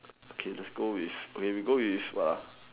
okay let's go with wait we go with what ah